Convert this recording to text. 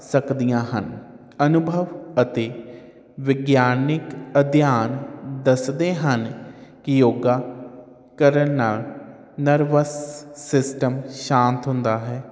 ਸਕਦੀਆਂ ਹਨ ਅਨੁਭਵ ਅਤੇ ਵਿਗਿਆਨਿਕ ਅਧਿਐਨ ਦੱਸਦੇ ਹਨ ਕਿ ਯੋਗਾ ਕਰਨ ਨਾਲ ਨਰਵਸ ਸਿਸਟਮ ਸ਼ਾਂਤ ਹੁੰਦਾ ਹੈ